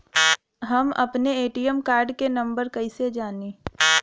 हम अपने ATM card के नंबर कइसे जानी?